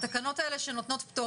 התקנות האלה שנותנות פטור,